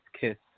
kiss